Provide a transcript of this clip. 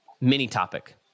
mini-topic